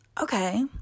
Okay